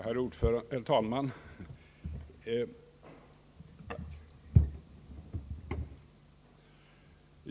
Herr talman!